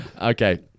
Okay